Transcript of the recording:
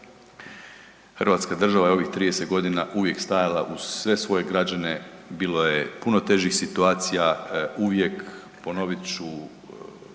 hrvatska država je ovih 30 g. uvijek stajala uz sve svoje građane, bilo je puno težih situacija, uvijek ponovit ću,